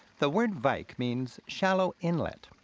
the word vik means shallow inlet,